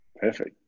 Perfect